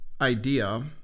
idea